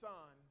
Son